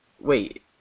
wait